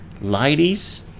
Ladies